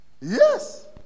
Yes